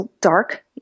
dark